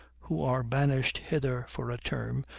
who are banished hither for a term,